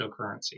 cryptocurrency